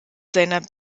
seiner